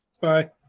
Bye